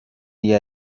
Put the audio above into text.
the